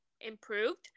improved